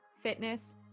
fitness